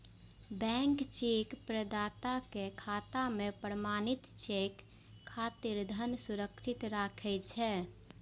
bank cheque प्रदाताक खाता मे प्रमाणित चेक खातिर धन सुरक्षित राखै छै